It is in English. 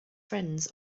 friends